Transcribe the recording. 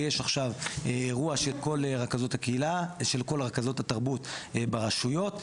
ויש עכשיו אירוע של כל רכזות התרבות ברשויות,